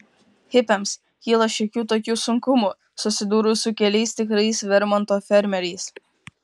hipiams kyla šiokių tokių sunkumų susidūrus su keliais tikrais vermonto fermeriais